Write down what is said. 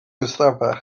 ystafell